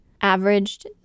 averaged